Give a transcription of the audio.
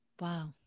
Wow